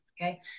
okay